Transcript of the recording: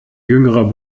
jüngerer